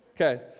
Okay